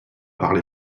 parler